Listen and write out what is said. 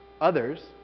others